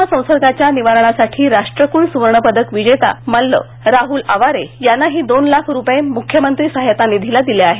corona संसर्गाच्या निवारणासाठी राष्ट्रकुल सुवर्णपदक विजेता मल्ल राहुल आवारे यानंही दोन लाख रुपये मुख्यमंत्री सहायता निधीला दिले आहेत